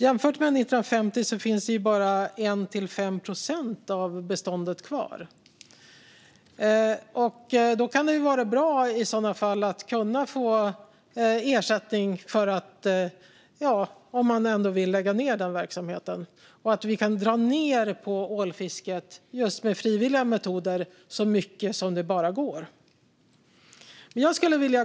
Jämfört med 1950 finns bara 1-5 procent av beståndet kvar. Om man ändå vill lägga ned verksamheten kan det i så fall vara bra att kunna få ersättning. Det skulle vara bra om vi kan dra ned på ålfisket så mycket det bara går med just frivilliga metoder.